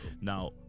now